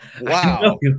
Wow